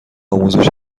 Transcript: آموزش